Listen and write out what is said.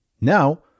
Now